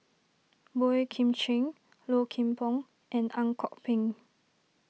Boey Kim Cheng Low Kim Pong and Ang Kok Peng